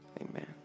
Amen